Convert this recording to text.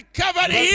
covered